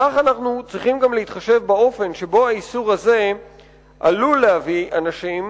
כך אנחנו צריכים להתחשב גם באופן שבו האיסור הזה עלול להביא אנשים,